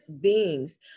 beings